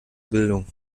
bildung